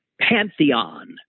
pantheon